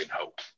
hope